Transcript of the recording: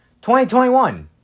2021